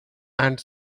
and